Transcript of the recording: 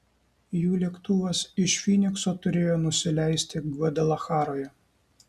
jų lėktuvas iš fynikso turėjo nusileisti gvadalacharoje